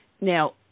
Now